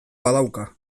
badauka